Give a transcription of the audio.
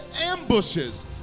ambushes